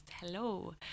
Hello